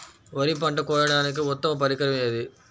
వరి పంట కోయడానికి ఉత్తమ పరికరం ఏది?